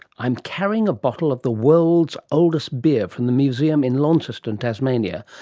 i'm carrying a bottle of the world's oldest beer from the museum in launceston, tasmania,